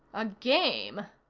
a game!